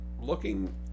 looking